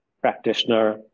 practitioner